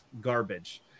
garbage